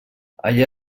allà